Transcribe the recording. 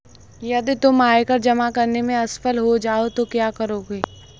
यदि तुम आयकर जमा करने में असफल हो जाओ तो क्या करोगे?